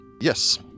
Yes